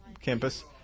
campus